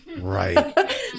Right